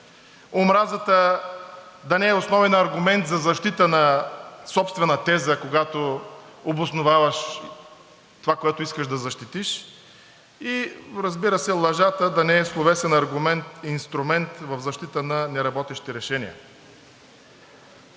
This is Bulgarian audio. Омразата да не е основен аргумент за защита на собствена теза, когато обосноваваш това, което искаш да защитиш и разбира се, лъжата да не е словесен аргумент и инструмент в защита на неработещи решения.